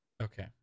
Okay